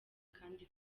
kandi